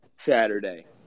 Saturday